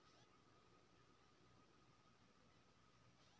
RD R FD के की फायदा हय?